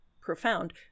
profound